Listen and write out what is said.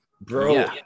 bro